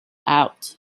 out